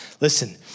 Listen